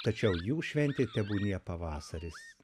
tačiau jų šventė tebūnie pavasaris